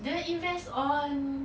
the invest on